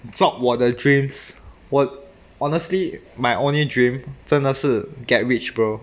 drop 我的 dreams 我 honestly my only dream 真的是 get rich bro